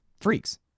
freaks